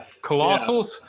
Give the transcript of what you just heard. Colossals